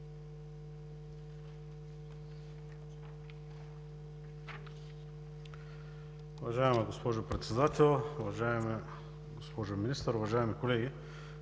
Уважаема госпожо Председател, уважаема госпожо Министър, уважаеми колеги!